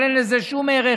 אבל אין לזה שום ערך,